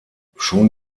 schon